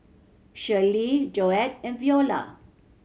Shelley Joette and Viola